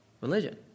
religion